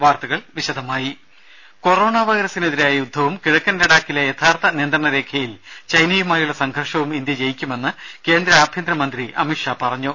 വാർത്തകൾ വിശദമായി വൈറസിനെതിരായ യുദ്ധവും കിഴക്കൻ കൊറോണാ ലഡാക്കിലെ യഥാർത്ഥ നിയന്ത്രണ രേഖയിൽ ചൈനയുമായുള്ള സംഘർഷവും ഇന്ത്യ ജയിക്കുമെന്ന് കേന്ദ്ര ആഭ്യന്തര മന്ത്രി അമിത്ഷാ പറഞ്ഞു